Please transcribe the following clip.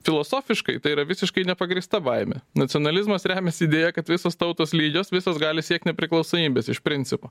filosofiškai tai yra visiškai nepagrįsta baimė nacionalizmas remiasi idėja kad visos tautos lygios visos gali siekt nepriklausomybės iš principo